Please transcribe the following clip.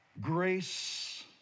grace